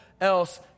else